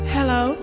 Hello